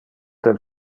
del